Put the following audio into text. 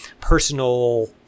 personal